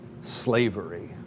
Slavery